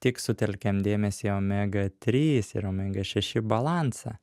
tik sutelkiam dėmesį į omega trys ir omega šeši balansą